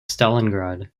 stalingrad